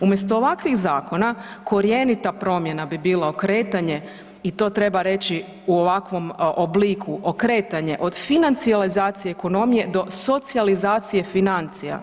Umjesto ovakvih zakona korjenita promjena bi bila okretanje i to treba reći u ovakvom obliku, okretanje od financijalizacije ekonomije do socijalizacije financija.